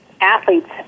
athletes